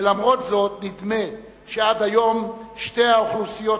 ולמרות זאת נדמה שעד היום שתי האוכלוסיות